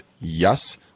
yes